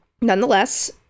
Nonetheless